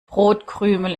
brotkrümel